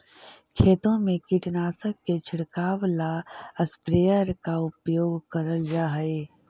खेतों में कीटनाशक के छिड़काव ला स्प्रेयर का उपयोग करल जा हई